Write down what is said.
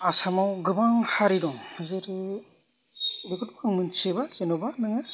आसामाव गोबां हारि दं जेरै बेफोरखौ मोन्थियोबा जेनबा नोङो